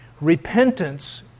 Repentance